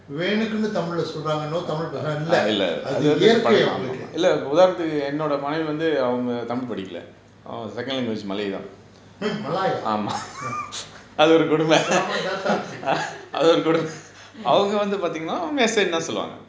வேணுக்குனு:venukkunu tamil leh சொல்றாங்கனோ:solraankano tamil பேசுராங்கனோ இல்ல அது இயற்கை அவங்களுக்கு:pesuraankano illa athu iyarkai avangalukku hmm malay ah selamat datang